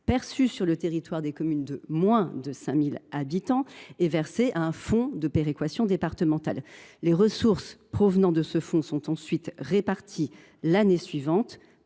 perçu sur le territoire des communes de moins de 5 000 habitants est versé à un fonds départemental de péréquation. Les ressources provenant de ce fonds sont ensuite réparties, l’année suivante,